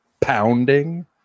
pounding